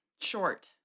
short